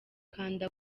kanda